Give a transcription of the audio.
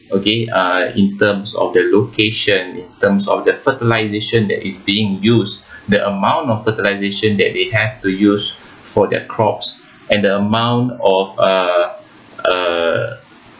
okay uh in terms of the location in terms of the fertilisation that is being use the amount of fertilisation that they have to use for their crops and the amount of uh uh